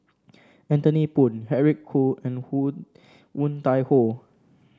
Anthony Poon Eric Khoo and Woon Tai Ho